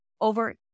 over